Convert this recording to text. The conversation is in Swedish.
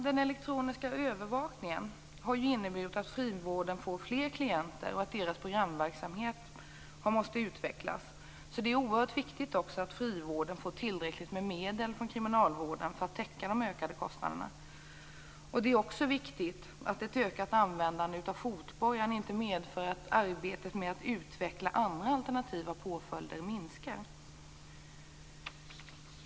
Den elektroniska övervakningen har inneburit att frivården får flera klienter och att deras programverksamhet har måst utvecklas. Det är därför också oerhört viktigt att frivården får tillräckligt med medel från kriminalvården för att täcka de ökade kostnaderna. Det är också viktigt att ett ökat användande av fotbojan inte medför att arbetet med att utveckla andra alternativa påföljder minskar.